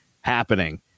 happening